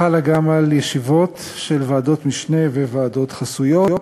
חלה גם על ישיבות של ועדות משנה וועדות חסויות.